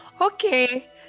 okay